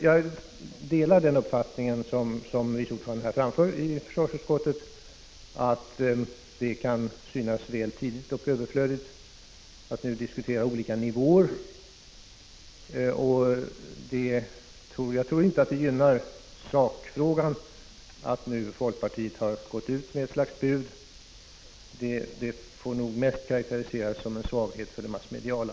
Jag delar den uppfattning som vice ordföranden i försvarsutskottet framförde, att det kan synas väl tidigt och överflödigt att nu diskutera olika nivåer. Jag tror inte att det gynnar sakfrågan att folkpartiet nu har gått ut med ett slags bud. Det får nog mest karakteriseras som en svaghet för det massmediala.